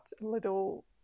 little